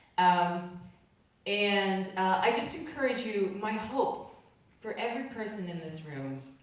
um and i just encourage you, my hope for every person in this room,